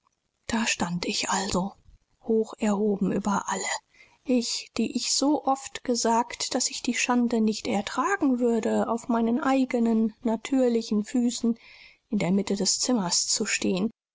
da stand ich also hoch erhoben über alle ich die ich so oft gesagt daß ich die schande nicht ertragen würde auf meinen eigenen natürlichen füßen in der mitte des zimmers zu stehen